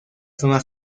zona